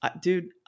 dude